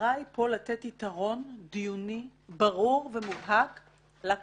המטרה פה היא לתת עיקרון דיוני ברור ומובהק לקורבן.